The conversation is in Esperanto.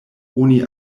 oni